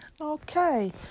Okay